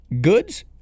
Goods